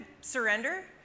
surrender